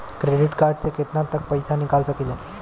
Credit card से केतना तक पइसा निकाल सकिले?